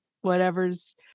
whatever's